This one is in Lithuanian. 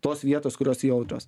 tos vietos kurios jautrios